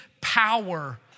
power